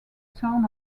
town